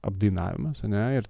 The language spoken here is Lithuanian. apdainavimas ane ir